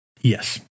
yes